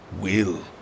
Will